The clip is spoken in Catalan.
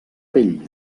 pell